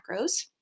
macros